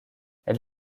elle